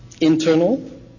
internal